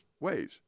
ways